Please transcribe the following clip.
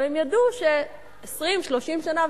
אבל הם ידעו ש-30-20 שנה,